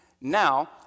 Now